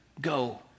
go